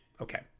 okay